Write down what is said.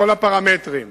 בכל הפרמטרים,